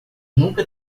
nunca